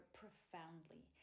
profoundly